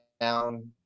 down